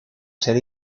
ser